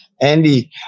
Andy